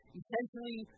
essentially